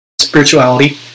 spirituality